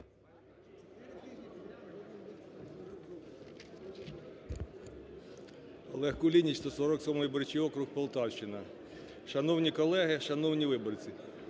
Олег Кулініч, 147 виборчий округ, Полтавщина. Шановні колеги, шановні виборці!